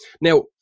Now